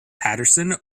paterson